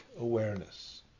awareness